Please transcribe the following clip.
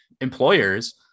employers